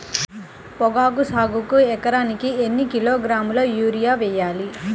పొగాకు సాగుకు ఎకరానికి ఎన్ని కిలోగ్రాముల యూరియా వేయాలి?